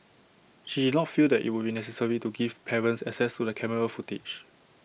she did not feel that IT would be necessary to give parents access to the camera footage